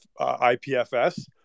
IPFS